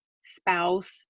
spouse